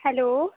hello